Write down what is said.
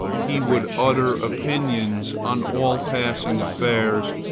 he would utter opinions on all passing affairs,